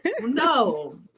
no